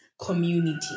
community